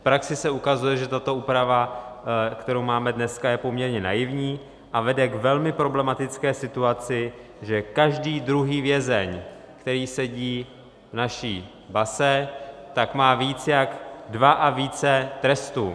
V praxi se ukazuje, že tato úprava, kterou máme dneska, je poměrně naivní a vede k velmi problematické situaci, že každý druhý vězeň, který sedí v naší base, má víc jak dva a více trestů.